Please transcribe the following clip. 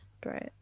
Great